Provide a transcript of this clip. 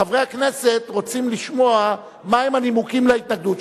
חברי הכנסת רוצים לשמוע מהם הנימוקים להתנגדות.